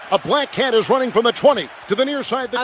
a black cat is running from the twenty to the near side,